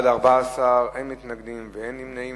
בעד, 14, אין מתנגדים ואין נמנעים.